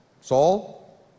Saul